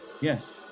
Yes